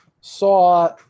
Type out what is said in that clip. saw